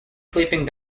sleeping